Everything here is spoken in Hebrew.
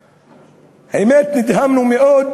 האמת, נדהמנו מאוד